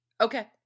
Okay